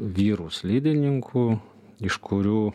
vyrų slidininkų iš kurių